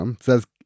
says